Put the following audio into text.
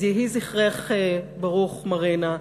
יהי זכרך ברוך, מרינה.